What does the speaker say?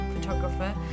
photographer